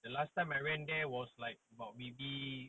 the last time I went there was like about maybe